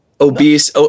obese